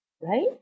right